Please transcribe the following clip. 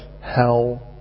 hell